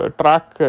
track